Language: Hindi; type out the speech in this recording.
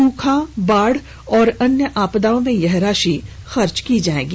सूखा बाढ़ व अन्य आपदाओं में यह राशि खर्च की जायेगी